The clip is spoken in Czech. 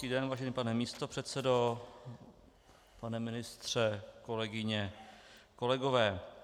Hezký den, vážený pane místopředsedo, pane ministře, kolegyně, kolegové.